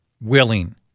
Willing